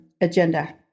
agenda